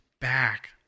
back